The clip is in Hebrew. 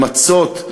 למצות,